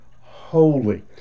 holy